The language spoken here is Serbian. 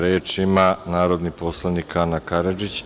Reč ima narodni poslanik Ana Karadžić.